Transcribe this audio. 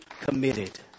committed